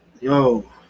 yo